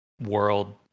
world